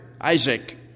Isaac